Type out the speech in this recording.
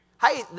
Hey